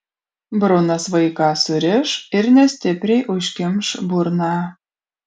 brunas vaiką suriš ir nestipriai užkimš burną